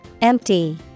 Empty